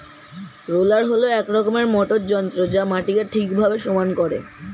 roller হল এক রকমের মোটর যন্ত্র যা মাটিকে ঠিকভাবে সমান করে